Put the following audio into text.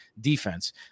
defense